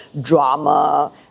drama